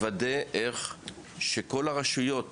לוודא שכל הרשויות